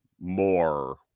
more